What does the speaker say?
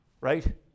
right